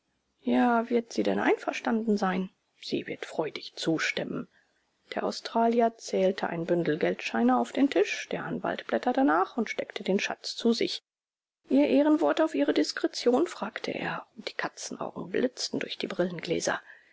ja wird sie denn einverstanden sein sie wird freudig zustimmen der australier zählte ein bündel geldscheine auf den tisch der anwalt blätterte nach und steckte den schatz zu sich ihr ehrenwort auf ihre diskretion fragte er und die katzenaugen blitzten durch die brillengläser